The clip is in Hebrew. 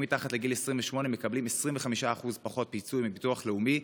מתחת לגיל 28 מקבלים 25% פחות פיצוי מביטוח לאומי,